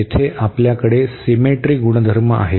येथे आपल्याकडे सीमेट्री गुणधर्म आहेत